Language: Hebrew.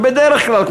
שבדרך כלל,